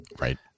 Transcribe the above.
right